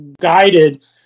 guided